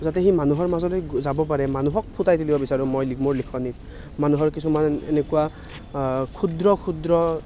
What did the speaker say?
যাতে সি মানুহৰ মাজলৈ যাব পাৰে মানুহক ফুটাই তুলিব বিচাৰোঁ মই মোৰ লিখনিত মানুহৰ কিছুমান এনেকুৱা ক্ষুদ্ৰ ক্ষুদ্ৰ